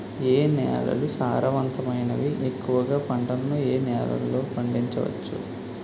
ఏ నేలలు సారవంతమైనవి? ఎక్కువ గా పంటలను ఏ నేలల్లో పండించ వచ్చు?